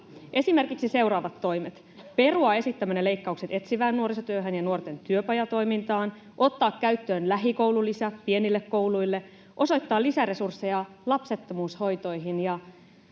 Esimerkiksi seuraavat toimet: perua esittämänne leikkaukset etsivään nuorisotyöhön ja nuorten työpajatoimintaan, ottaa käyttöön lähikoululisä pienille kouluille, osoittaa lisäresursseja lapsettomuushoitoihin ja